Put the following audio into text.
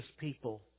people